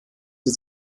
sie